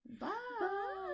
Bye